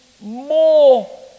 more